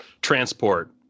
transport